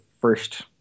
first